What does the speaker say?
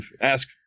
ask